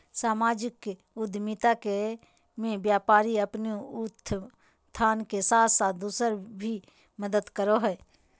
सामाजिक उद्द्मिता मे व्यापारी अपने उत्थान के साथ साथ दूसर के भी मदद करो हय